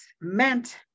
meant